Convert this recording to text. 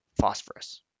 phosphorus